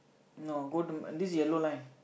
no go to this is yellow line